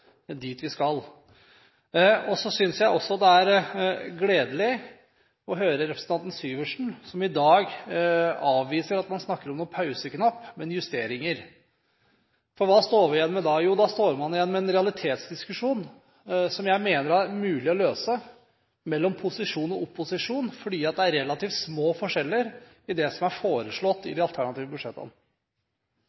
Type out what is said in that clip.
dit vi skal. Jeg synes også det er gledelig å høre at representanten Syversen i dag avviser at man snakker om noen pauseknapp, men om justeringer. Hva står vi igjen med da? Jo, da står vi igjen med en realitetsdiskusjon mellom posisjon og opposisjon, som jeg mener det er mulig å løse, fordi det er relativt små forskjeller i det som er foreslått i